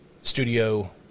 studio